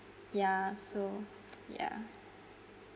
yeah so yeah